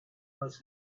must